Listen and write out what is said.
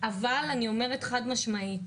אני אומרת חד משמעית,